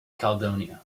caledonia